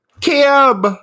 Kim